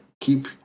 keep